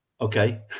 Okay